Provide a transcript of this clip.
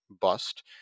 bust